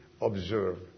observe